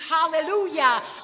Hallelujah